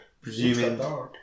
presuming